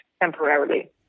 temporarily